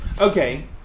Okay